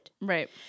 Right